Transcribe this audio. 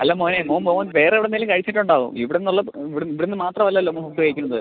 അല്ല മോനെ മോൻ വേറെ എവിടെ നിന്നേലും കഴിച്ചിട്ടുണ്ടാവും ഇവിടെ നിന്നുള്ളത് ഇവിടെ നിന്ന് മാത്രമല്ലല്ലോ മോൻ ഫുഡ് കഴിക്കുന്നത്